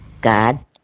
God